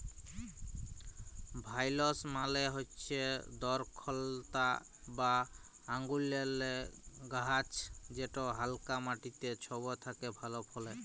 ভাইলস মালে হচ্যে দরখলতা বা আঙুরেল্লে গাহাচ যেট হালকা মাটিতে ছব থ্যাকে ভালো ফলে